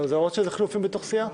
למרות שאלה חילופים בתוך סיעה?